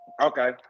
Okay